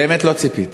באמת לא ציפיתי.